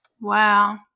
Wow